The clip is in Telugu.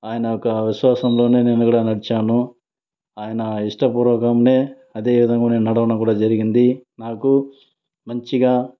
ఆయన యొక విశ్వాసంలోనే నేను కూడ నడిచాను ఆయన ఇష్టపూర్వకంనే అదేవిధముగా నేను నడవడం జరిగింది నాకు మంచిగా